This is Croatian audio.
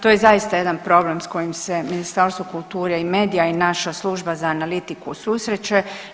To je zaista jedan problem s kojim se Ministarstvo kulture i medija i naša Služba za analitiku susreće.